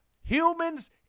humans